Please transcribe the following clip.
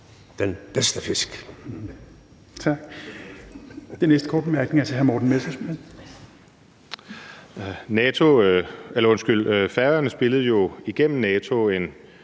den bedste fisk.